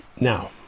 Now